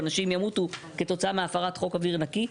אנשים ימותו כתוצאה מהפרת חוק אוויר נקי.